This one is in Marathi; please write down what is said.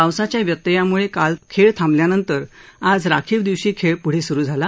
पावसाच्या व्यत्ययामुळे काल खेळ थांबल्यानंतर आज राखीव दिवशी खेळ पुढे सुरू झाला